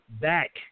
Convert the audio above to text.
back